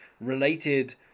related